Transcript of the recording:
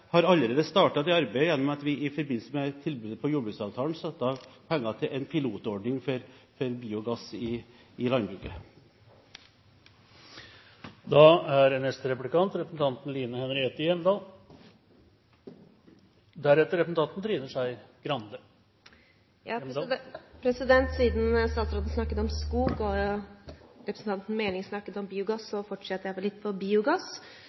har allerede startet det arbeidet gjennom at vi i forbindelse med tilbudet når det gjaldt jordbruksavtalen, satte av penger til en pilotordning for bruk av biogass i landbruket. Siden statsråden snakket om skog og representanten Meling snakket om biogass, fortsetter jeg litt på biogass.